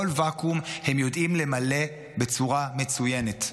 כל ואקום הם יודעים למלא בצורה מצוינת.